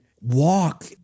walk